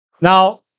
now